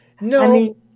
No